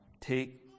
take